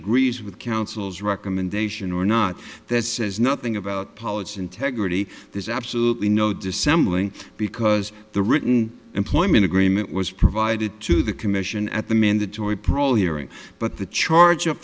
agrees with counsel's recommendation or not that says nothing about policy integrity there's absolutely no dissembling because the written employment agreement was provided to the commission at the mandatory prole hearing but the charge